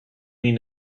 mean